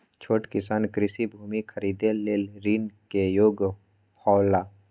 छोट किसान कृषि भूमि खरीदे लेल ऋण के योग्य हौला?